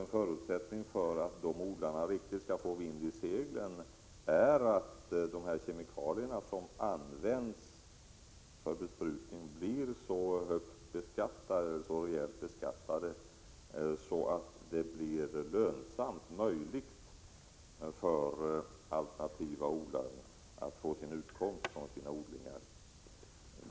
En förutsättning för att dessa odlare skall få vind i seglen är att de kemikalier som används för besprutning kommer att beskattas så rejält att det blir möjligt för odlarna att få en utkomst från sina odlingar.